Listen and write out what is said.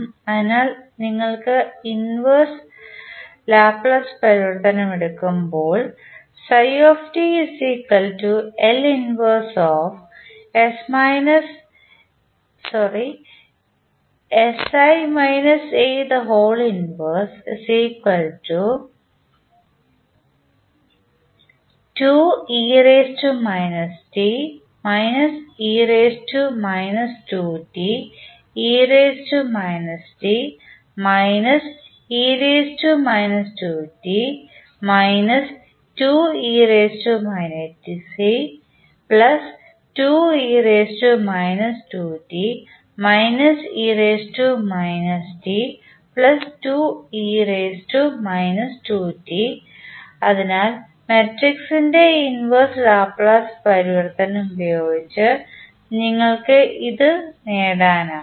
അതിനാൽ നിങ്ങൾ inverse Laplace പരിവർത്തനം എടുക്കുമ്പോൾ അതിനാൽ മാട്രിക്സിൻറെ ഇൻവെർസ് ലാപ്ലേസ് പരിവർത്തനം ഉപയോഗിച്ച് നിങ്ങൾക്ക് ഇത് നേടാനാകും